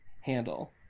handle